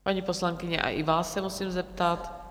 Paní poslankyně, i vás se musím zeptat...?